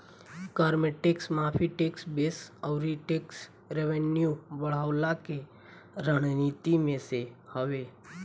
कर में टेक्स माफ़ी, टेक्स बेस अउरी टेक्स रेवन्यू बढ़वला के रणनीति में से हवे